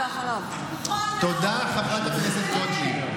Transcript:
תודה, חברת הכנסת גוטליב.